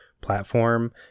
platform